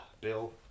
bill